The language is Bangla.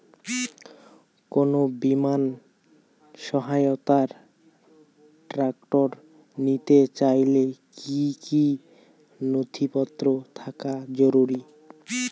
কোন বিমার সহায়তায় ট্রাক্টর নিতে চাইলে কী কী নথিপত্র থাকা জরুরি?